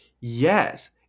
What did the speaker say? Yes